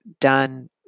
done